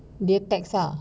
they text ah